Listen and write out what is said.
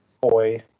boy